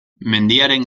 mendiaren